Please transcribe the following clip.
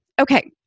Okay